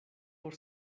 por